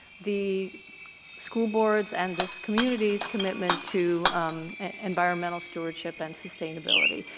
the school board's and this community's commitment to environmental stewardship and sustainability.